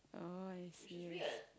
oh I see I see